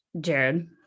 Jared